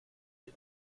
den